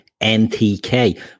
NTK